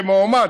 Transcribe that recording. כמועמד,